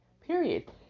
period